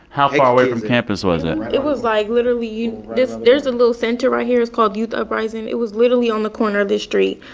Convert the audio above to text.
how far away from campus was it? it was, like, literally you there's a little center right here. it's called youth uprising. it was literally on the corner of this street.